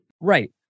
Right